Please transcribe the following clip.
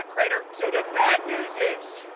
ah. crainer, so the bad news is